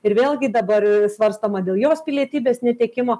ir vėlgi dabar svarstoma dėl jos pilietybės netekimo